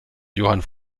johann